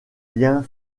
liens